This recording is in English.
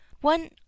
one